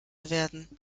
werden